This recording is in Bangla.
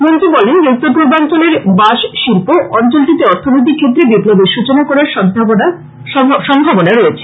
মন্ত্রী বলেন উত্তর পূর্বাঞ্চলের বাঁশ শিল্প অঞ্চলটিতে অর্থনৈতিক ক্ষেত্রে বিপ্লবের সূচনা করার সভাবনা রয়েছে